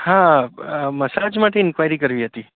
હા મસાજ માટે ઇન્ક્વાયરી કરવી હતી